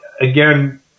again